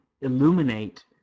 illuminate